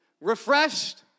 refreshed